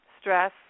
stress